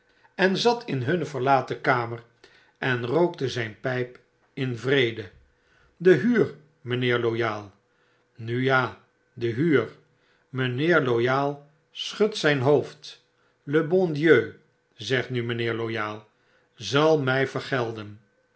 en zat in hunne verlaten'kamer en rookte zyn pyp invrede de huur mijnheer loyal nu ja de huur mynheer loyal schudt zyn hoofd le bon dieu zegt nu mijnheer loyal zal my vergelden